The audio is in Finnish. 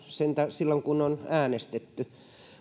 silloin kun on äänestetty